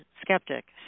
skeptic